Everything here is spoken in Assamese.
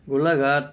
গোলাঘাট